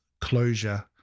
closure